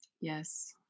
yes